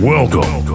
Welcome